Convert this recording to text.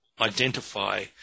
identify